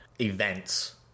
events